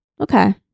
Okay